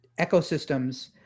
ecosystems